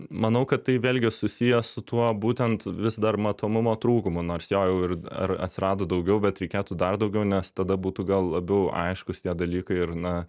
manau kad tai vėlgi susiję su tuo būtent vis dar matomumo trūkumu nors jo jau ir ar atsirado daugiau bet reikėtų dar daugiau nes tada būtų gal labiau aiškūs tie dalykai ir na